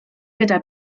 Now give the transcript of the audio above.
gyda